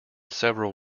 several